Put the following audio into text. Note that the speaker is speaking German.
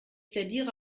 plädiere